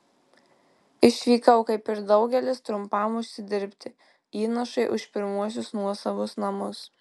išvykau kaip ir daugelis trumpam užsidirbti įnašui už pirmuosius nuosavus namus